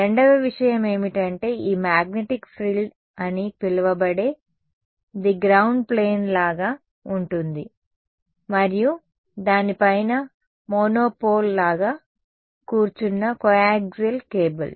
రెండవ విషయం ఏమిటంటే ఈ మాగ్నెటిక్ ఫ్రిల్ అని పిలువబడే ది గ్రౌండ్ ప్లేన్ లాగా ఉంటుంది మరియు దాని పైన మోనోపోల్ లాగా కూర్చున్న కోయాక్సియల్ కేబుల్